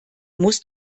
muss